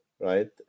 Right